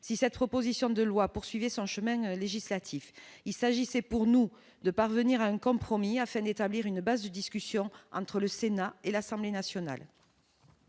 si c'est trop position de loi poursuivait son chemin législatif, il s'agissait pour nous de parvenir à une compromis Haffen établir une base de discussion entre le Sénat et l'Assemblée nationale.